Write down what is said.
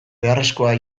beharrezkoa